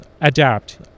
Adapt